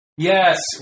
Yes